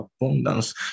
abundance